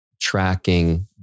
tracking